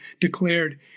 declared